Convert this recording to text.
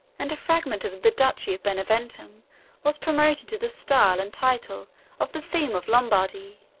and a fragment of the duchy of beneventum was promoted to the style and title of the theme of lombardy.